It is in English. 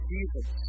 Jesus